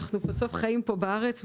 בסוף אנחנו חיים כאן בארץ.